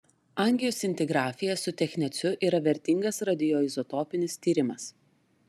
angioscintigrafija su techneciu yra vertingas radioizotopinis tyrimas